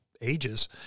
ages